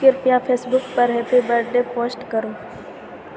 कृप्या फेसबुक पर happy birthday post करू